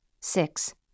Six